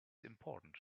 important